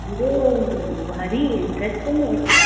हो भारी इंटरेस्टिंग आहे खूप